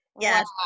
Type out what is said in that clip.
Yes